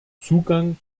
zugang